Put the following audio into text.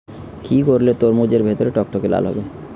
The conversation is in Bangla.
কি করলে তরমুজ এর ভেতর টকটকে লাল হবে?